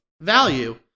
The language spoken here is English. value